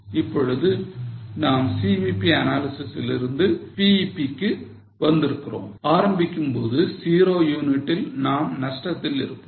இப்பொழுது நாம் CVP analysis லிருந்து BEP க்கு வந்திருக்கிறோம் ஆரம்பிக்கும்போது 0 யூனிட்டில் நாம் நஷ்டத்தில் இருப்போம்